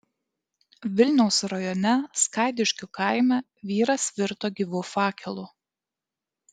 vilniaus rajone skaidiškių kaime vyras virto gyvu fakelu